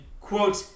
quote